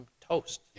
toast